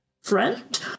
friend